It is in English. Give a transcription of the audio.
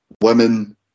women